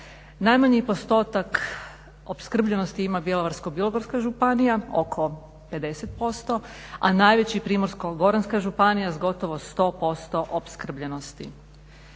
Najmanji postotak opskrbljenosti ima Bjelovarsko-bilogorska županija oko 50%, a najveći Primorsko-goranska županija s gotovo 100% opskrbljenosti.